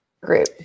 group